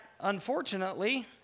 unfortunately